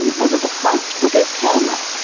and was at the front with his camera,